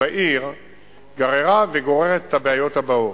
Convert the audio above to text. בעיר גררה וגוררת את הבעיות הבאות: